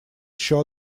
еще